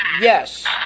Yes